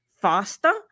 faster